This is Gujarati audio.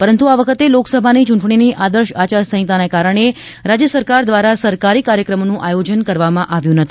પરંતુ આ વખતે લોકસભાની ચૂંટણીની આદર્શ આચાર સંહિતાને કારણે રાજ્ય સરકાર દ્વારા સરકારી કાર્યક્રમોનું આયોજન કરવામાં આવ્યું નથી